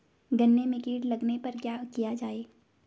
गन्ने में कीट लगने पर क्या किया जाये?